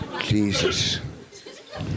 Jesus